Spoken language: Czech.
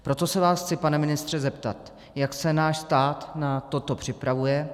Proto se vás chci, pane ministře, zeptat, jak se náš stát na toto připravuje.